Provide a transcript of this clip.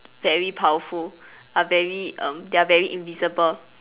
very powerful are very um they are very invincible